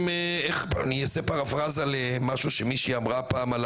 אני אעשה פרפראזה למשהו שמישהי אמרה פעם על